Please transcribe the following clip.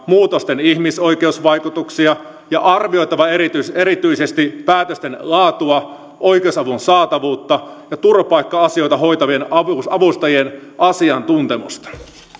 muutosten ihmisoikeusvaikutuksia ja arvioitava erityisesti erityisesti päätösten laatua oikeusavun saatavuutta ja turvapaikka asioita hoitavien avustajien asiantuntemusta